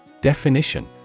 Definition